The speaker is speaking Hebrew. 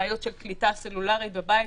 בעיות של קליטה סלולרית בבית,